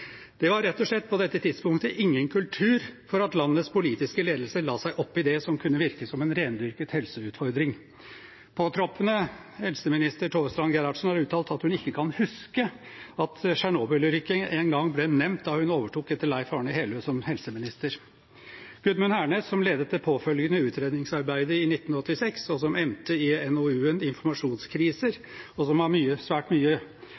Det var rett og slett på dette tidspunktet ingen kultur for at landets politiske ledelse la seg opp i det som kunne virke som en rendyrket helseutfordring. Påtroppende helseminister Tove Strand Gerhardsen har uttalt at hun ikke kan huske at Tsjernobyl-ulykken engang ble nevnt da hun overtok etter Leif Arne Heløe som helseminister. Gudmund Hernes, som ledet det påfølgende utredningsarbeidet i 1986, og som endte i NOU-en «Informasjonskriser», og som svært mye